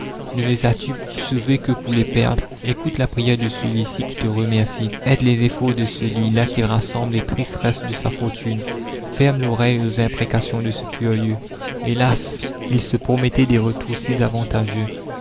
ne les as-tu sauvés que pour les perdre écoute la prière de celui-ci qui te remercie aide les efforts de celui-là qui rassemble les tristes restes de sa fortune ferme l'oreille aux imprécations de ce furieux hélas il se promettait des retours si avantageux